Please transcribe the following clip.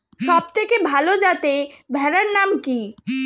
সবথেকে ভালো যাতে ভেড়ার নাম কি?